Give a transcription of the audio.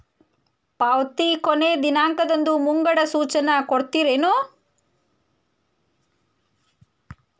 ಪಾವತಿ ಕೊನೆ ದಿನಾಂಕದ್ದು ಮುಂಗಡ ಸೂಚನಾ ಕೊಡ್ತೇರೇನು?